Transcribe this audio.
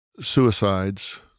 suicides